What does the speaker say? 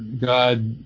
god